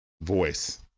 voice